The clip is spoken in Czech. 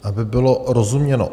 Aby bylo rozuměno.